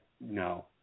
no